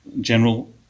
general